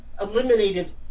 eliminated